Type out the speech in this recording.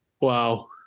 Wow